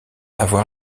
avoir